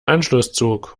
anschlusszug